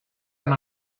and